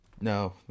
No